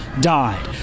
died